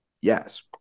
Yes